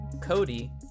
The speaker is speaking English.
Cody